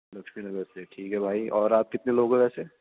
لکشمی نگر سے ٹھیک ہے بھائی اور آپ کتنے لوگ ہو ویسے